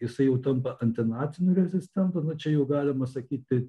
jisai jau tampa antinaciniu rezistentu nu čia jau galima sakyti